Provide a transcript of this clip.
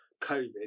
Covid